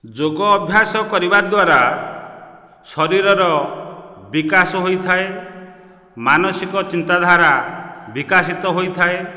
ଯୋଗ ଅଭ୍ୟାସ କରିବା ଦ୍ୱାରା ଶରୀରର ବିକାଶ ହୋଇଥାଏ ମାନସିକ ଚିନ୍ତା ଧାରା ବିକାଶିତ ହୋଇଥାଏ